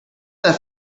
that